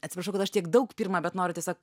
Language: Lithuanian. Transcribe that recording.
atsiprašau kad aš tiek daug pirma bet noriu tiesiog